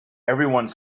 everyone